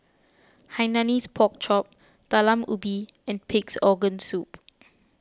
Hainanese Pork Chop Talam Ubi and Pig's Organ Soup